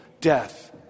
death